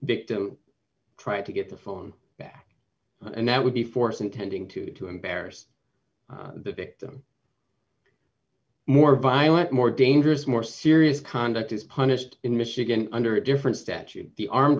victim tried to get the phone back and that would be force intending to to embarrass the victim more violent more dangerous more serious conduct is punished in michigan under a different statute the armed